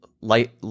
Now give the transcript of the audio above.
light